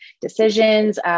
decisions